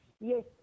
yes